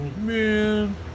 man